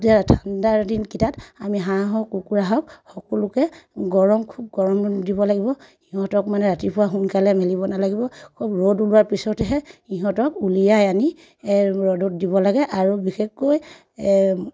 ঠাণ্ডাৰ দিনকেইটাত আমি হাঁহ হওক কুকুৰা হওক সকলোকে গৰম খুব গৰম দিব লাগিব সিহঁতক মানে ৰাতিপুৱা সোনকালে মেলিব নালাগিব খুব ৰ'দ ওলোৱাৰ পিছতহে সিহঁতক উলিয়াই আনি ৰ'দত দিব লাগে আৰু বিশেষকৈ